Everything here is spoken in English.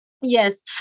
Yes